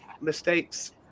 mistakes